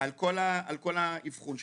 על כל האבחון שלהם.